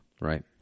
Right